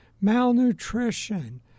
malnutrition